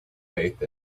faith